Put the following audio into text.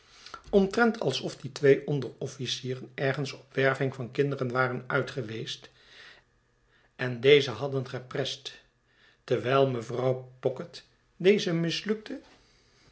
omtrent alsof die twee onderofficieren ergens op werving van kinderen waren uitgeweest en deze hadden geprest terwijl mevrouw pocket deze mislukte